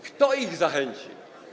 Kto ich zachęci?